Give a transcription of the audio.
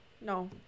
no